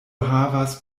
havas